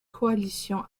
coalition